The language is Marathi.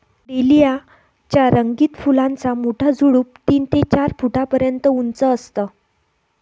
डेलिया च्या रंगीत फुलांचा मोठा झुडूप तीन ते चार फुटापर्यंत उंच असतं